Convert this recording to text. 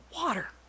water